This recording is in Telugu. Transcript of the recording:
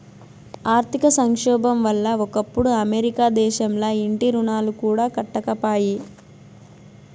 ఆర్థిక సంక్షోబం వల్ల ఒకప్పుడు అమెరికా దేశంల ఇంటి రుణాలు కూడా కట్టకపాయే